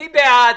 מי בעד?